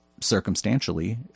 circumstantially